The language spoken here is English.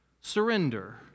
surrender